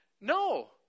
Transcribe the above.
No